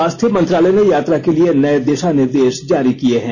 स्वास्थ्य मंत्रालय ने यात्रा के लिए नये दिशा निर्देश जारी किए हैं